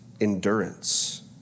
endurance